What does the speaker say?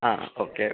ആ ഓക്കെ